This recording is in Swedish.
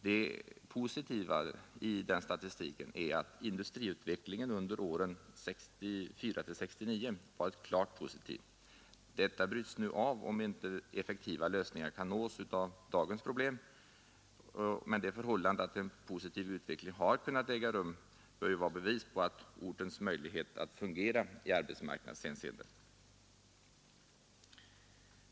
Det glädjande i statistiken är att industriutvecklingen under åren 1964—1969 varit klart positiv. Denna bryts nu om inte effektiva lösningar kan nås på dagens problem, men det förhållandet att en positiv utveckling har kunnat äga rum bör vara bevis på ortens möjlighet att fungera i arbetsmarknadshänseende.